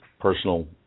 personal